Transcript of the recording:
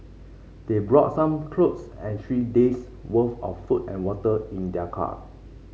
they brought some clothes and three days' worth of food and water in their car